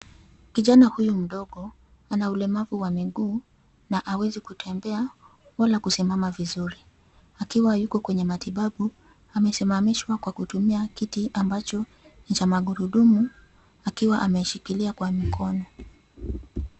Kijana huyu mdogo ana ulemavu wa miguu na hawezi kutembea wala kusimama vizuri akiwa yuko kwenye matibabu. Amesimamishwa kwa kutumia kiti ambacho ni cha magurudumu akiwa ameshikilia kwa mikono.